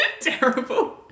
terrible